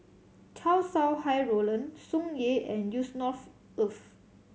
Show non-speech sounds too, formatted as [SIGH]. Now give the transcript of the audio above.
Chow Sau Hai Roland Tsung Yeh and Yusnor [UNINTELLIGIBLE] Ef